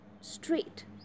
straight